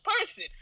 person